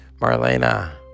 Marlena